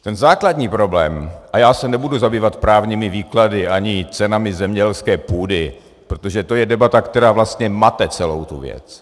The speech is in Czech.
Ten základní problém a já se nebudu zabývat právními výklady ani cenami zemědělské půdy, protože to je debata, která vlastně mate celou tu věc.